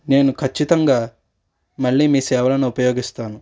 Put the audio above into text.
నేను ఖచ్చితంగా మళ్ళీ మీ సేవలను ఉపయోగిస్తాను